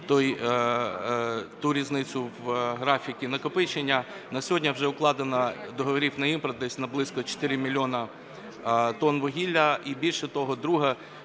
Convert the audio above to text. ту різницю в графіку накопичення. На сьогодні вже укладено договорів на імпорт десь близько на 4 мільйони тонн вугілля. І більше того, друге,